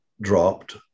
dropped